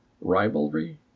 rivalry